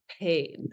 pain